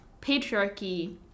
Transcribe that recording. patriarchy